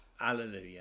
Alleluia